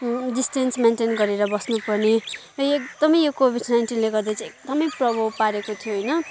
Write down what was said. distance maintain गरेर बस्नपर्ने यो एकदमै यो कोभिड नाइन्टिनले गर्दा चाहिँ एकदमै प्रभाव पारेको थियो हेइन